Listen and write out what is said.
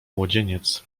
młodzieniec